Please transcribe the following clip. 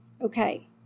Okay